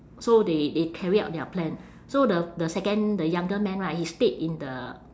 so they they carry out their plan so the the second the younger man right he stayed in the